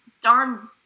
darn